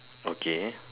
okay